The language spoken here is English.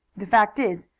the fact is,